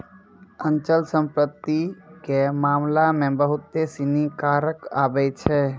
अचल संपत्ति के मामला मे बहुते सिनी कारक आबै छै